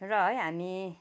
र है हामी